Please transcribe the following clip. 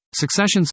Succession's